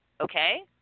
Okay